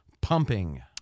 pumping